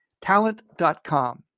talent.com